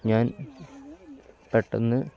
ഞാൻ പെട്ടെന്ന്